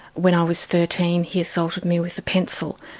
when i was thirteen he assaulted me with a pencil,